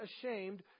ashamed